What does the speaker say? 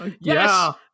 Yes